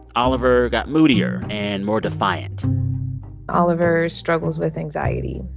oliver got moodier and more defiant oliver struggles with anxiety,